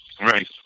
Right